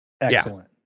Excellent